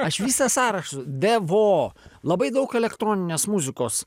aš visą sąrašą de vo labai daug elektroninės muzikos